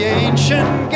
ancient